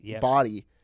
body